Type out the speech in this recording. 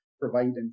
providing